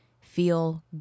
feel